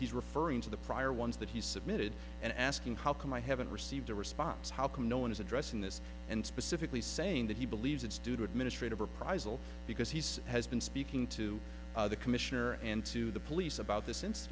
he's referring to the prior ones that he submitted and asking how come i haven't received a response how come no one is addressing this and specifically saying that he believes it's due to administrative reprisal because he's has been speaking to the commissioner and to the police about this inc